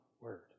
word